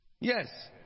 Yes